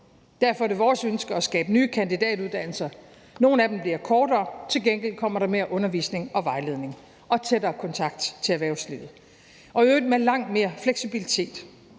Derfor er det vores ønske at skabe nye kandidatuddannelser. Nogle af dem bliver kortere. Til gengæld kommer der mere undervisning og vejledning og tættere kontakt til erhvervslivet – og i øvrigt med langt mere fleksibilitet,